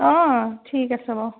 অঁ ঠিক আছে বাৰু